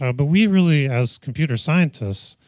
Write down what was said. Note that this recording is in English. ah but we really as computer scientists,